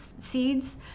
seeds